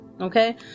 Okay